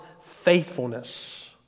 faithfulness